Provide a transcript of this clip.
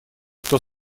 кто